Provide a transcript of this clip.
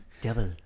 Double